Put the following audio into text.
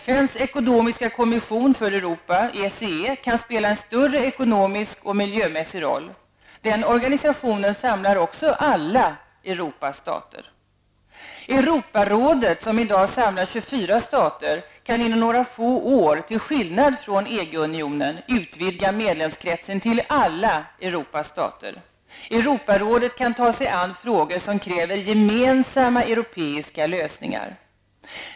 FNs ekonomiska kommission för Europa, ECE, kan spela en större ekonomisk och en miljömässig roll. Denna organisation samlar också alla Europas stater. Europarådet, som i dag samlar 24 stater, kan inom några få år, till skillnad från EG-unionen, utvidga medlemskretsen till alla Europas stater. Europarådet kan ta sig an frågor som kräver gemensamma europeiska lösningar.